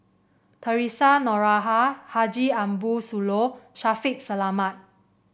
Theresa Noronha Haji Ambo Sooloh Shaffiq Selamat